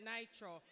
Nitro